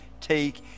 take